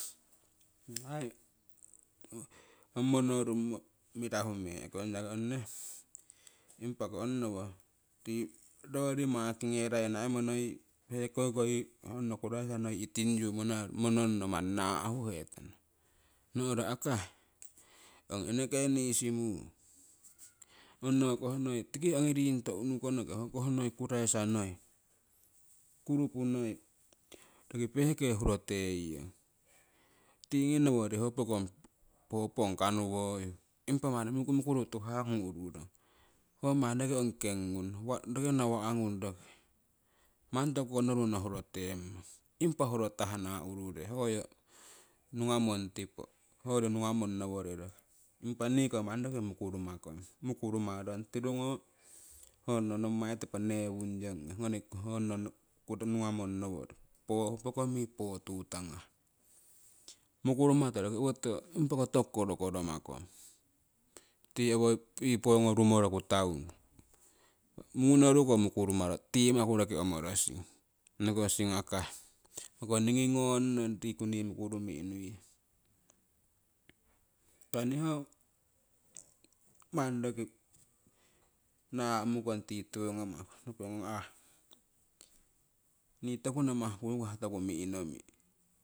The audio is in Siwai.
ong monorummo mirahu mee'kong yaki ong nehe, impako ongnowo tii royori makingeraina monoiye hekoko honno kuraisa noyinno itingyu mononno manni naahuhetanna nohro akai ong eneke nii simung ongnowokoh noii tiki ringkoto unukonoki ho koh noi kuraisa noii kurupu noi roki peke hurotieyong tingii noworii ho pong kanuwoyu. Impa manni mukumukuru tuhah ngung ururong ho manni roki ong keng ngung roki nawah ngung noi manni toku noruno hurotemmong. Impa hurotahna urure hoyo nungamong tipo hoyo nugamong nowiriroki impa niiko roki manni mukurumakong mukurumarong tirungo honno nommai tipo newungyongo honno ngugamong noworii pokong mii potu tangah mukurumato roki owotiwo. Impako toku korokoromakong tii owoyii pongo rumoroku taunu. Mungonoruko mukurumaro tiimaku roki omorosing nokosing hoko ningii ngongnongriku nii mukurumi' nuiyong. Impa nii ho manni roki naa'mukong tii tiwo ngamaku, nokongong ahh nii toku namah kukah toku mihnomih.